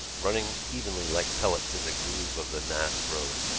running evenly like pellets in the groove of the naas road.